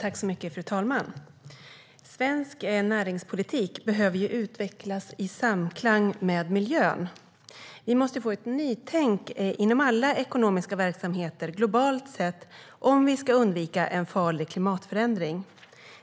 Fru talman! Svensk näringspolitik behöver utvecklas i samklang med miljön. Vi måste få ett nytänk inom alla ekonomiska verksamheter, globalt sett, om vi ska undvika en farlig klimatförändring.